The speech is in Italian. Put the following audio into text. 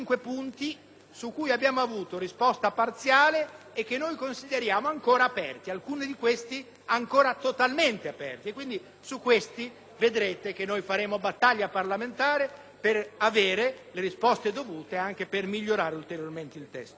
su cui abbiamo avuto risposta parziale e che consideriamo ancora aperti, alcuni di questi totalmente aperti e sui quali faremo battaglia parlamentare per avere le risposte dovute e anche per migliorare ulteriormente il testo.